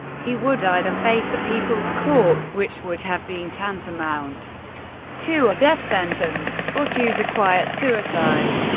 he would either face the people's court which would have been tantamount to a death sentence or choose a quiet suicide.